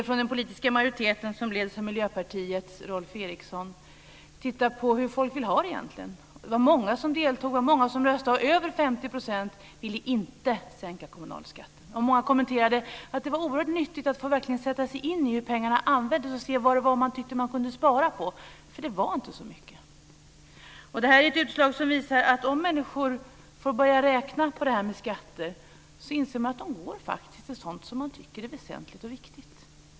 Från den politiska majoriteten, som leds av Miljöpartiets Peter Eriksson, ville man titta på hur folk egentligen vill ha det. Många deltog och röstade. Mer än 50 % ville inte att kommunalskatten skulle sänkas. Många har kommenterat det och sagt att det var oerhört nyttigt att verkligen få sätta sig in i hur pengarna används och se vad som kunde sparas på. Det var inte så mycket. Detta utslag visar att om människor får börja räkna på det här med skatter inser de att skatteintäkterna faktiskt går till sådant som man tycker är väsentligt och viktigt.